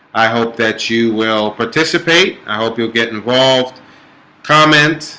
i hope that you will participate. i hope you'll get involved comment